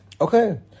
Okay